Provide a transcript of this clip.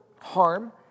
harm